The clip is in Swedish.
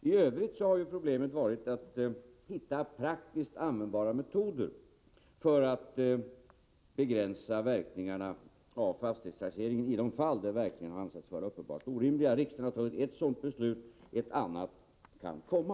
I övrigt har problemet varit att hitta praktiskt användbara metoder för att begränsa verkningarna av fastighetstaxeringen i de fall där verkningarna har ansetts vara uppenbart orimliga. Riksdagen har fattat ett sådant beslut, ett andra kan komma.